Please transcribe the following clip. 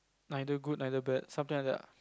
neither good neither bad something like that lah